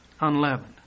unleavened